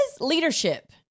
Leadership